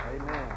Amen